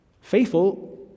Faithful